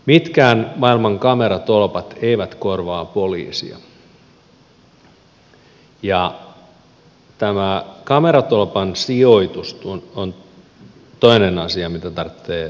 mitkään maailman kameratolpat eivät korvaa poliisia ja kameratolpan sijoitus on toinen asia mitä tarvitsee miettiä